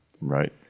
right